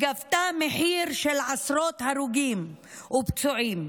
אשר גבתה מחיר של עשרות הרוגים ופצועים.